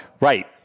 Right